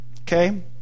Okay